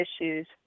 issues